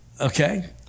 Okay